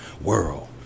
world